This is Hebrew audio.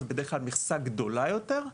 זו בדרך כלל מכסה גדולה יותר.